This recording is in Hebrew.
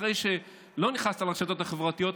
אחרי שלא נכנסת לרשתות החברתיות,